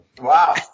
Wow